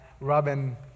Robin